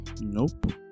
Nope